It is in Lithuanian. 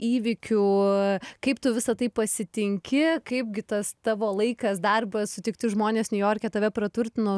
įvykių kaip tu visa tai pasitinki kaipgi tas tavo laikas darbas sutikti žmonės niujorke tave praturtino